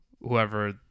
whoever